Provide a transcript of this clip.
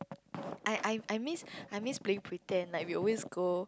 I I I miss I miss playing pretend like we always go